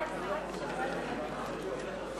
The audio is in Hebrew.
חוק ההסדרים)